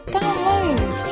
Download